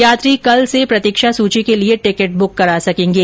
यात्री कल से प्रतीक्षा सूची के लिये टिकट बुक करा सकेंगे